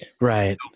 Right